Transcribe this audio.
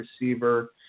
receiver